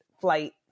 flight